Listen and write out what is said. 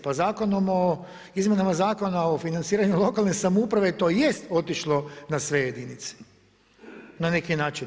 Pa zakonom o izmjenama Zakona o financiranju lokalne samouprave to jest otišlo na sve jedinice, na neki način.